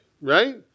right